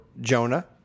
Jonah